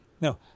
no